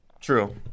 true